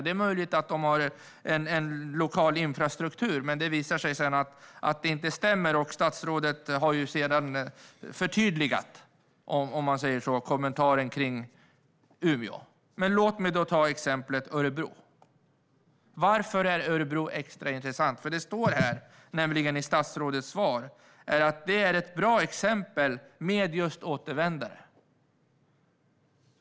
Det är möjligt att de har en lokal infrastruktur, men det visade sig att detta inte stämmer. Statsrådet har sedan förtydligat kommentaren om Umeå, men låt mig i stället ta upp exemplet Örebro. Det är extra intressant; det står nämligen i statsrådets svar att Örebro är ett bra exempel vad gäller återvändare.